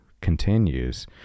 continues